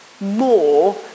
more